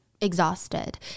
exhausted